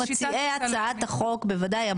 מציעי הצעת החוק בוודאי,